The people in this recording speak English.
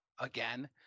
again